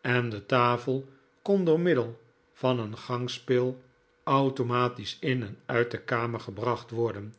en de tafel kon door middel van een gangspil automatisch in en uit de kamer gebracht worden